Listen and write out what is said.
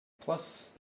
Plus